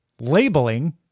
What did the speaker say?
Labeling